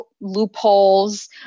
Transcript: loopholes